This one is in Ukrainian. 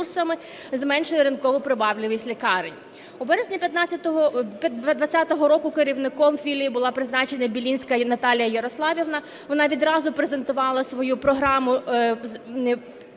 зменшує ринкову привабливість лікарень. У березні 2020 року керівником філії була призначена Білинська Наталія Ярославівна, вона відразу презентувала свою програму